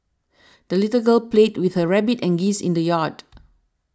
the little girl played with her rabbit and geese in the yard